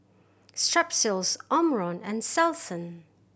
Strepsils Omron and Selsun